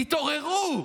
תתעוררו.